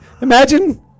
Imagine